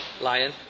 lion